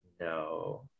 No